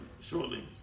shortly